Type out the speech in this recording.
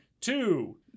Two